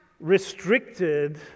restricted